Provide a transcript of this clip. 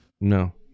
No